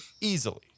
Easily